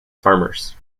farmers